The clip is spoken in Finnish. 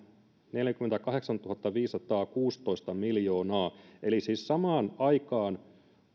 neljäkymmentäkahdeksantuhattaviisisataakuusitoista miljoonaa eli siis samaan aikaan